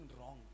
wrong